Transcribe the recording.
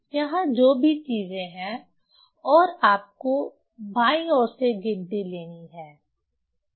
यहां जो भी चीजें हैं और आपको बाईं ओर से गिनती लेनी है